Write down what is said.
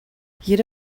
jede